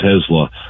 Tesla